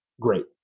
great